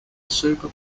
super